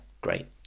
Great